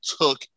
took